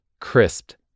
crisped